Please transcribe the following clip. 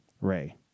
Ray